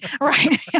right